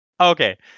Okay